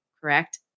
Correct